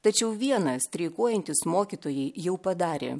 tačiau vieną streikuojantys mokytojai jau padarė